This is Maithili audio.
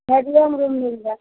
मीडियम रूम मिलय